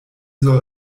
soll